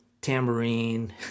tambourine